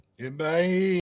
Goodbye